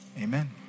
Amen